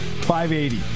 580